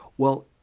well,